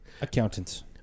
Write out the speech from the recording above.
Accountants